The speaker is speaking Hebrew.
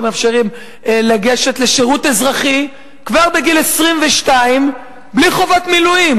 שמאפשרים לגשת לשירות אזרחי כבר בגיל 22 בלי חובת מילואים.